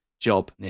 job